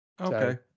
Okay